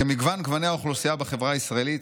"כמגוון גוני האוכלוסייה בחברה הישראלית,